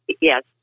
Yes